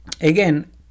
again